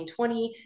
2020